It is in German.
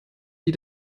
wie